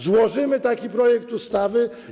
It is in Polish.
Złożymy taki projekt ustawy.